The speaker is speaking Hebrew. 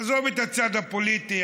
עזוב את הצד הפוליטי,